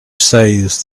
says